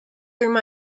through